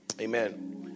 Amen